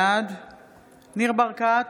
בעד ניר ברקת,